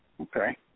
Okay